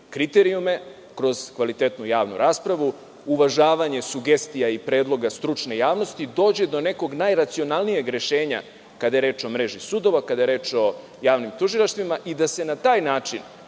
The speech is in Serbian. kriterijume, kroz kvalitetnu javnu raspravu, uvažavanje sugestija i predloga stručne javnosti dođe do nekog najracionalnijeg rešenja kada je reč o mreži sudova, kada je reč o javnim tužilaštvima i da se na taj način